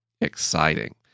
exciting